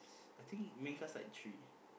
I think the main cast start at three